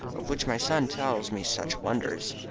of which my son tells me such wonders.